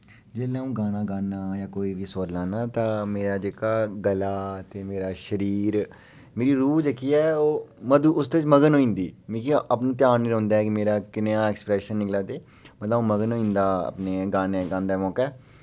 जिसलै अ'ऊं गाना गाना जां कोई बी सुर लाना तां मेरा जेह्का गला ते मेरा शरीर मेरी रूह जेह्की है ओह् मधु उसदे च मगन होइंदी मिगी अपना ध्यान नि रौंह्दा ऐ कि मेरा कनेहा ऐक्सप्रेशन निकला दे मतलब अ'ऊं मगन होई जंदा अपने गाने गांदे मोकै